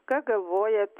ką galvojat